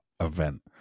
event